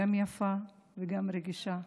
גם יפה וגם רגישה.